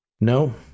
No